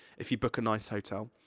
if you book a nice hotel.